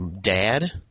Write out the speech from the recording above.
dad